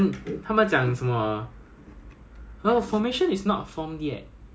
会跟 like encik 还是 ma'am ah 一起去吃 lunch 那种